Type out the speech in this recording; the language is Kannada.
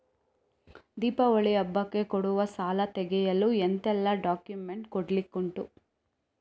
ದೀಪಾವಳಿ ಹಬ್ಬಕ್ಕೆ ಕೊಡುವ ಸಾಲ ತೆಗೆಯಲು ಎಂತೆಲ್ಲಾ ಡಾಕ್ಯುಮೆಂಟ್ಸ್ ಕೊಡ್ಲಿಕುಂಟು?